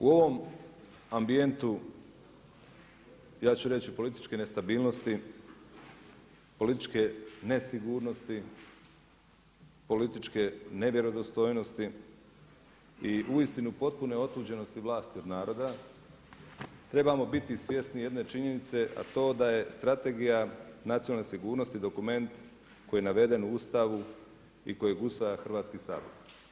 U ovom ambijentu ja ću reći političke nestabilnosti, političke nesigurnosti, političke nevjerodostojnosti i uistinu potpune otuđenosti vlasti od naroda, trebamo biti svjesni jedne činjenice a to da je Strategija nacionalne sigurnosti dokument koji je naveden u Ustavu i koji je gusar Hrvatski sabor.